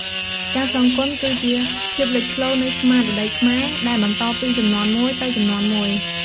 ការសងគុណគឺជាភាពលេចធ្លោនៃស្មារតីខ្មែរដែលបន្តពីជំនាន់មួយទៅជំនាន់មួយ។